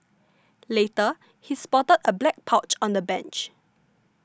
later he spotted a black pouch on the bench